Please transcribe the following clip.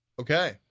Okay